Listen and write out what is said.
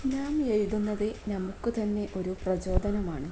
നാം എഴുതുന്നത് നമുക്കു തന്നെ ഒരു പ്രചോദനമാണ്